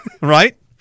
Right